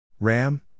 Ram